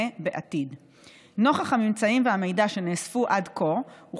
2. מהם כלי החקירה הנמצאים בסמכות המשרד ואשר בכוונתך